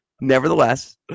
nevertheless